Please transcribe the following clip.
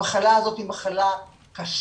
המחלה הזאת היא מחלה קשה,